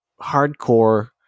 hardcore